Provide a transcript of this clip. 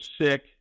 sick